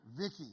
Vicky